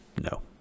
No